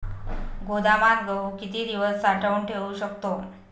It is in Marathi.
गोदामात गहू किती दिवस साठवून ठेवू शकतो?